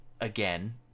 again